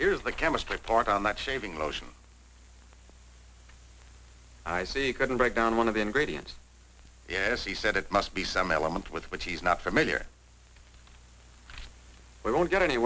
here's the chemistry part on that shaving lotion i see you couldn't break down one of the ingredients yes he said it must be some element with which he's not familiar we won't get any